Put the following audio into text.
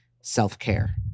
self-care